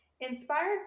inspired